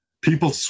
people